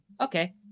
okay